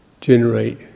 generate